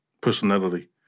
personality